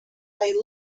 they